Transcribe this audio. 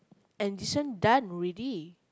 and this one done ready